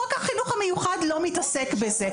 חוק החינוך המיוחד לא מתעסק בזה.